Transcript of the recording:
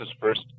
first